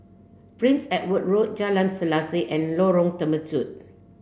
Prince Edward Road Jalan Selaseh and Lorong Temechut